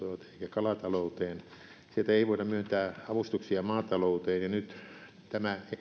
kalatalouteen niistä ei voida myöntää avustuksia maatalouteen ja nyt tämä